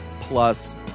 Plus